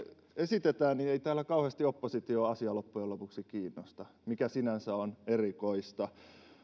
esitetään ei täällä kauheasti oppositiota asia loppujen lopuksi kiinnosta mikä sinänsä on erikoista